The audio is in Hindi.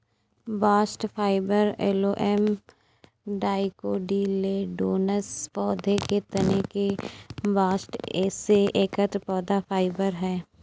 बास्ट फाइबर फ्लोएम डाइकोटिलेडोनस पौधों के तने के बास्ट से एकत्र पौधा फाइबर है